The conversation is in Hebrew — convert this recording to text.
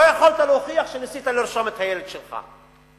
לא יכולת להוכיח שניסית לרשום את הילד שלך.